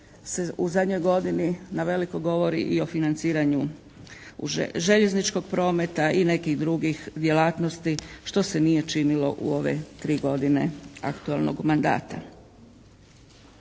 u zadnjoj godini naveliko govori i o financiranju željezničkog prometa i nekih drugih djelatnosti što se nije činilo u ove 3 godine aktualnog mandata.